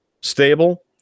stable